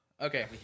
Okay